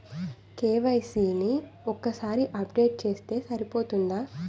KYC ని ఒక్కసారి update చేస్తే సరిపోతుందా?